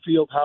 Fieldhouse